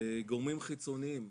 גורמים חיצוניים,